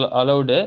allowed